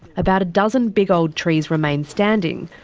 about a dozen big old trees remain standing,